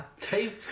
tape